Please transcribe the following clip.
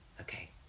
Okay